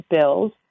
bills